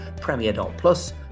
premier.plus